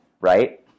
right